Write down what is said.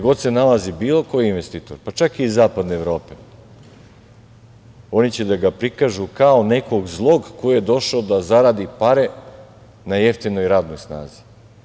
Gde god se nalazi bilo koji investitor, pa čak i iz zapadne Evrope, oni će da ga prikažu kao nekog zlog ko je došao da zaradi pare na jeftinoj radnoj snazi.